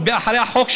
אחרי החוק,